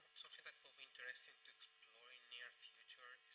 sort of interesting to explore in near future,